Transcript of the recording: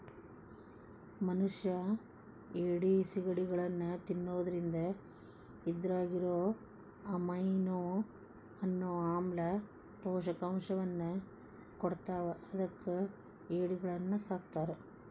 ಮನಷ್ಯಾ ಏಡಿ, ಸಿಗಡಿಗಳನ್ನ ತಿನ್ನೋದ್ರಿಂದ ಇದ್ರಾಗಿರೋ ಅಮೈನೋ ಅನ್ನೋ ಆಮ್ಲ ಪೌಷ್ಟಿಕಾಂಶವನ್ನ ಕೊಡ್ತಾವ ಅದಕ್ಕ ಏಡಿಗಳನ್ನ ಸಾಕ್ತಾರ